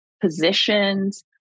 positions